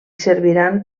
serviran